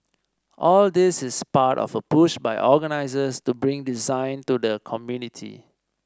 all this is part of a push by organisers to bring design to the community